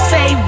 Say